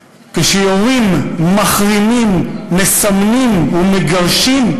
כשיורים, מחרימים, מסמנים ומגרשים,